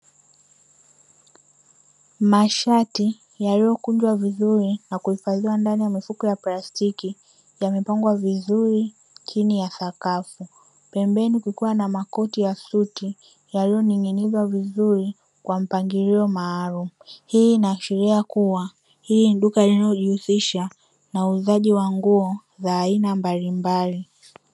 Mashati yaliyokunjwa vizuri na kuhifadhiwa ndani ya mifuko ya plastiki yamepangwa vizuri chini ya sakafu, pembeni kukiwa na makoti ya suti yaliyoning'inizwa vizuri kwa mpangilio maalumu. Hii inaashiria kuwa hili ni duka linalojihusisha na uuzaji wa nguo za aina mbalimbali.